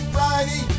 Friday